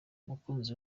umukunzi